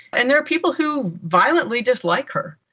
and there are people who violently dislike her.